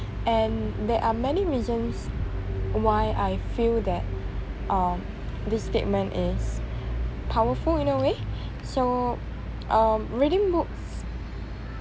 and there are many reasons why I feel that um this statement is powerful in a way so um reading books